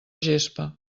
gespa